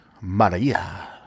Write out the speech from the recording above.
Maria